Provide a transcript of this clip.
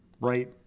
right